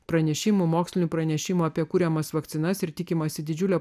pranešimų mokslinių pranešimų apie kuriamas vakcinas ir tikimasi didžiulio